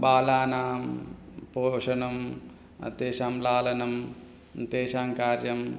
बालानां पोषणं तेषां लालनं तेषां कार्यं